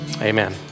Amen